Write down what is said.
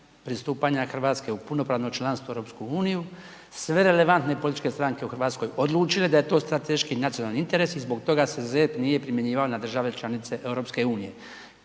pristupanja Hrvatske u punopravno članstvo u EU sve relevantne političke stranke u Hrvatskoj odlučile da je to strateški i nacionalni interes i zbog toga se ZERP nije primjenjivao na države članice EU. Međutim,